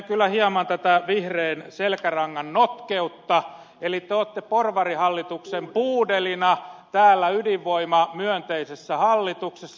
ihmettelen kyllä hieman tätä vihreän selkärangan notkeutta eli te olette porvarihallituksen puudelina täällä ydinvoimamyönteisessä hallituksessa